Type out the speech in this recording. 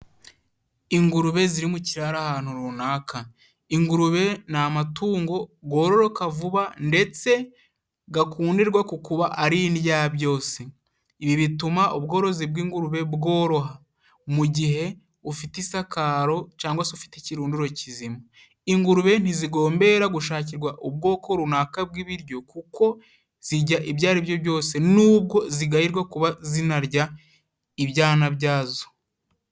Ingurube ziri mu kiraro ahantu runaka. Ingurube ni amatungo gororoka vuba ndetse gakundirwa ku kuba ari indyabyose. Ibi bituma ubworozi bw'ingurube bworoha, mu gihe ufite isakaro cangwa se ufite ikirunduro kizima. Ingurube ntizigombera gushakirwa ubwoko runaka bw'ibiryo kuko zijya ibyo aribyo byose, nubwo zigayirwa kuba zinarya ibyana byazo.